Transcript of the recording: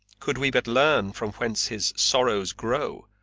could we but learn from whence his sorrows grow,